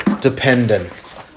dependence